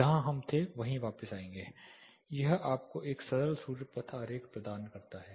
जहाँ हम थे वही वापस आएंगे यह आपको एक सरल सूर्य पथ आरेख प्रदान करता है